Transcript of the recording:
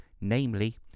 namely